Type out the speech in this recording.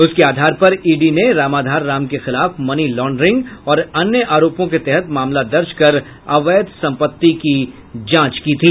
उसके आधार पर ईडी ने रामाधार राम के खिलाफ मनी लाउंड्रिंग और अन्य आरोपों के तहत मामला दर्ज कर अवैध संपत्ति की जांच की थी